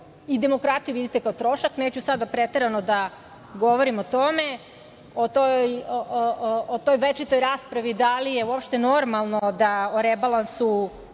i demokratiju vidite kao trošak. Neću sada preterano da govorim o tome, o toj večitoj raspravi da li je uopšte normalno da o rebalansu